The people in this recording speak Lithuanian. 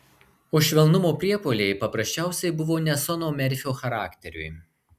o švelnumo priepuoliai paprasčiausiai buvo ne sono merfio charakteriui